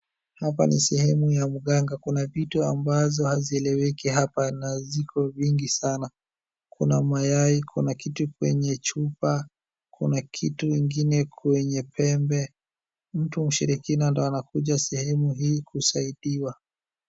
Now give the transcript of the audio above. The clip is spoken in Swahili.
Hapa ni sehemu ya mganga. Kuna vitu ambazo hazieleweki hapa, na ziko vingi sana. Kuna mayai, kuna kitu kwenye chupa, kuna kitu ingine kwenye pembe, mtu mshirikina ndio anakuja sehemu hii kusaidiwa.